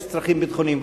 יש צרכים ביטחוניים.